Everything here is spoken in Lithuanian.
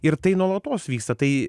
ir tai nuolatos vyksta tai